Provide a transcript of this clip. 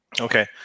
Okay